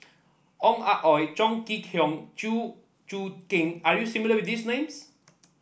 Ong Ah Hoi Chong Kee Hiong Chew Choo Keng are you not familiar with these names